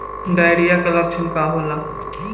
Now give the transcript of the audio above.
Diarrhoea के लक्षण का होला?